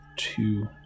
Two